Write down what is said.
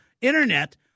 internet